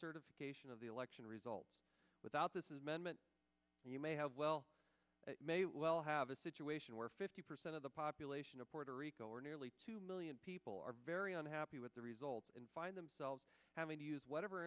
certification of the election result without this is amendment and you may have well may well have a situation where fifty percent of the population of puerto rico or nearly two million people are very unhappy with the result and find themselves having to use whatever